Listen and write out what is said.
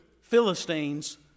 Philistines